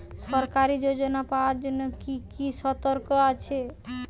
সরকারী যোজনা পাওয়ার জন্য কি কি শর্ত আছে?